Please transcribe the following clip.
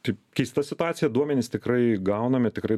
taip keista situacija duomenys tikrai gaunami tikrai